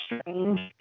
strange